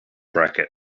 bracket